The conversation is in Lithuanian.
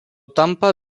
tampa